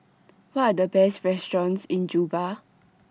What Are The Best restaurants in Juba